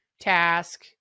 task